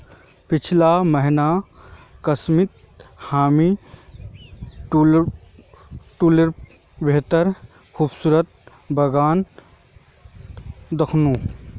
पीछला महीना कश्मीरत हामी ट्यूलिपेर बेहद खूबसूरत बगान दखनू